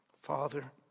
Father